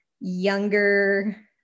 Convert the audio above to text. younger